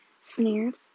sneered